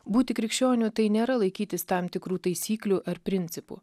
būti krikščioniu tai nėra laikytis tam tikrų taisyklių ar principų